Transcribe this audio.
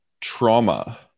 trauma